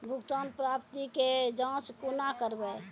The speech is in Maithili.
भुगतान प्राप्ति के जाँच कूना करवै?